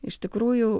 iš tikrųjų